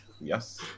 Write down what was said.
Yes